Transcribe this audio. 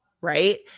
Right